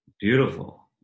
beautiful